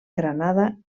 granada